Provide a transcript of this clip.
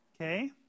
Okay